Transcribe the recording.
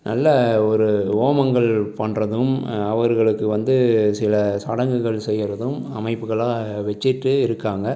நல்ல ஒரு ஹோமங்கள் பண்ணுறதும் அவர்களுக்கு வந்து சில சடங்குகள் செய்கிறதும் அமைப்புகளாக வச்சுட்டு இருக்காங்கள்